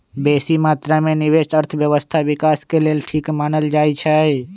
बेशी मत्रा में निवेश अर्थव्यवस्था विकास के लेल ठीक मानल जाइ छइ